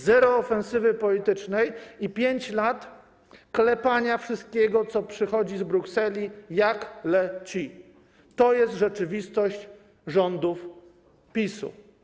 Zero ofensywy politycznej i 5 lat klepania wszystkiego, co przychodzi z Brukseli, jak leci - to jest rzeczywistość rządów PiS-u.